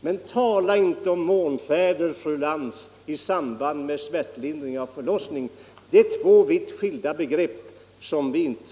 Men tala inte om månfärder, fru Lantz, i samband med smärtlindring vid förlossning. Det är två vitt skilda begrepp.